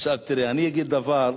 עכשיו אני אגיד דבר,